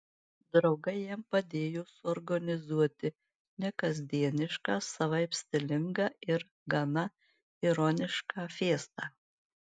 draugai jam padėjo suorganizuoti nekasdienišką savaip stilingą ir gana ironišką fiestą